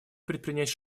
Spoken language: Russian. предпринять